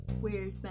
weird